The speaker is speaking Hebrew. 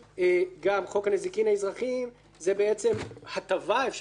גם חוק הנזיקין האזרחיים - זה בעצם הטבה אפשר לומר,